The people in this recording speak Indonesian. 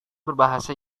berbahasa